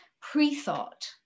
pre-thought